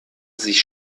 sich